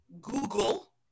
Google